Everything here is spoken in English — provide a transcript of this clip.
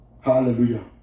Hallelujah